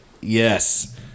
Yes